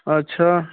ਅੱਛਾ